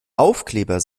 aufkleber